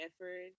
effort